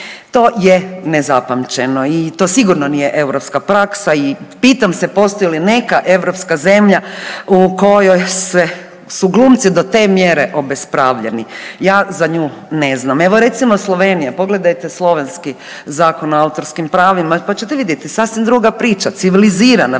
To je nezapamćeno i to sigurno nije europska praksa i pitam se postoji li neka europska zemlja u kojoj su glumci do te mjere obespravljeni. Ja za nju ne znam. Evo recimo Slovenija, pogledajte slovenski zakon o autorskim pravima pa ćete vidjeti, sasvim druga priča, civilizirana priča